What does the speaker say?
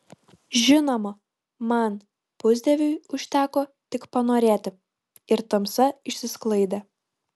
žinoma man pusdieviui užteko tik panorėti ir tamsa išsisklaidė